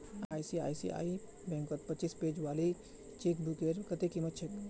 ICICI बैंकत पच्चीस page वाली चेकबुकेर कत्ते कीमत छेक